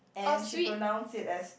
and she pronounce it as